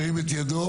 ירים את ידו.